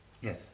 Yes